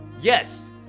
Yes